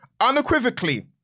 unequivocally